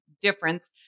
difference